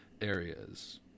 areas